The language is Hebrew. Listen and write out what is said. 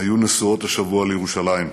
היו נשואות השבוע לירושלים,